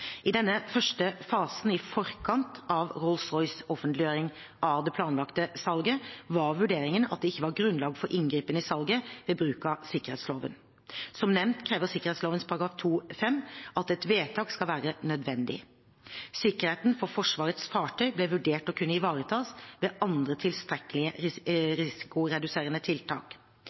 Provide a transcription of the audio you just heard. I denne første fasen, i forkant av Rolls-Royces offentliggjøring av det planlagte salget, var vurderingen at det ikke var grunnlag for inngripen i salget ved bruk av sikkerhetsloven. Som nevnt krever sikkerhetsloven § 2-5 at et vedtak skal være nødvendig. Sikkerheten for Forsvarets fartøy ble vurdert å kunne ivaretas ved andre tilstrekkelig risikoreduserende tiltak.